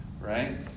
right